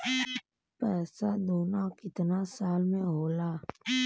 पैसा दूना कितना साल मे होला?